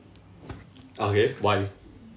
ah okay why